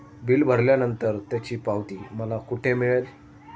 Bill भरल्यानंतर त्याची पावती मला कुठे मिळेल?